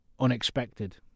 unexpected